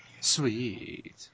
sweet